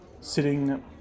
sitting